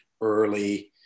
early